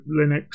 linux